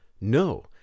No